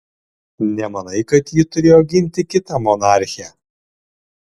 nemanai kad ji turėjo ginti kitą monarchę